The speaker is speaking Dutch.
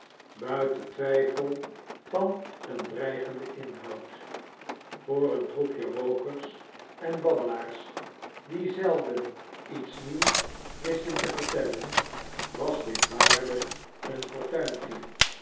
buiten twi j fel van een dreigenden voor een troepje rookers en babbelaars die zelden iets nieuws wisten te vertellen was dit waarlijk een fortuintje